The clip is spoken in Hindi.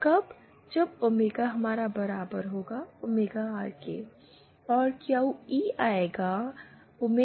r QE rL dX RG d